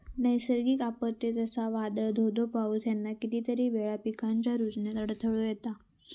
नैसर्गिक आपत्ते, जसा वादाळ, धो धो पाऊस ह्याना कितीतरी वेळा पिकांच्या रूजण्यात अडथळो येता